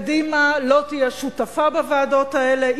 קדימה לא תהיה שותפה בוועדות האלה,